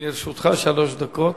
לרשותך שלוש דקות.